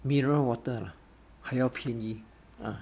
mineral water lah 还要便宜 ah